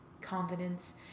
confidence